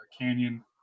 Canyon